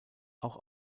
auch